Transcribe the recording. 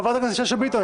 חברת הכנסת שאשא ביטון,